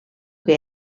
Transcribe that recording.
que